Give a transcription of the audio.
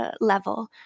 level